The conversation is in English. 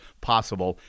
possible